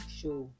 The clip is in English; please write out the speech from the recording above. show